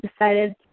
decided